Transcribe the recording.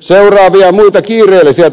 seuraavia muita kiireellisiä